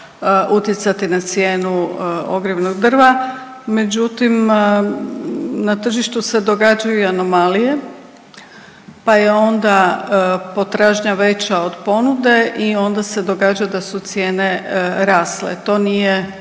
utjecati na cijenu ogrjevnog drva, međutim na tržištu se događaju i anomalije, pa je onda potražnja veća od ponude i onda se događa da su cijene rasle. To nije